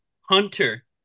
Hunter